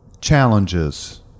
Challenges